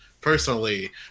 personally